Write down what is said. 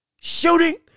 shooting